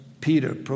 Peter